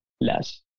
less